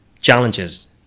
challenges